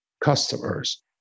customers